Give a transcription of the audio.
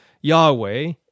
Yahweh